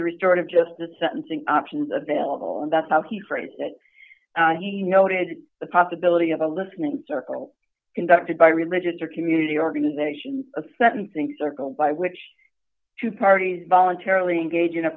the restart of just the sentencing options available and that's how he phrased it he noted the possibility of a listening circle conducted by religions or community organizations a sentencing circle by which two parties voluntarily engage in a